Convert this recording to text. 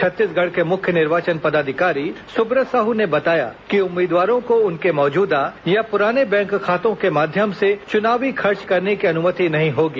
छत्तीसगढ़ के मुख्य निर्वाचन पदाधिकारी सुब्रत साह ने बताया कि उम्मीदवारों को उनके मौजूदा या पुराने बैंक खातों के माध्यम से चुनावी खर्च करने की अनुमति नहीं होगी